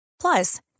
Plus